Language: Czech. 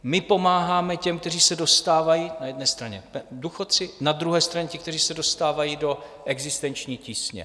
My pomáháme těm, kteří se dostávají na jedné straně důchodci, na druhé straně ti, kteří se dostávají do existenční tísně.